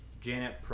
Janet